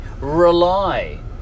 rely